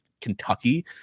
kentucky